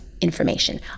information